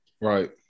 Right